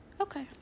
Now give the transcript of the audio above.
okay